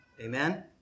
Amen